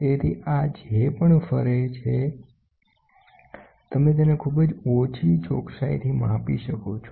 તેથીઆ જે પણ ફરે છે તમે તેને ખૂબ જ ઓછી ચોકસાઈથી માપી શકો છો